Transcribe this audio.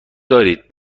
دارید